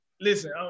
Listen